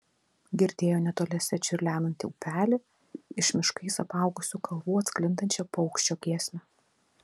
girdėjo netoliese čiurlenantį upelį iš miškais apaugusių kalvų atsklindančią paukščio giesmę